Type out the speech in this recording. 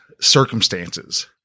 circumstances